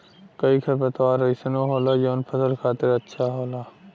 कई खरपतवार अइसनो होला जौन फसल खातिर अच्छा होला